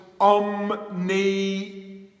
omni